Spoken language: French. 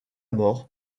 mort